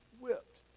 whipped